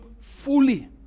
fully